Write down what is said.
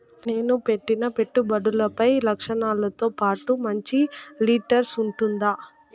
నేను పెట్టిన పెట్టుబడులపై రక్షణతో పాటు మంచి రిటర్న్స్ ఉంటుందా?